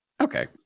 Okay